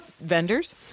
vendors